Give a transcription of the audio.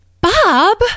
Bob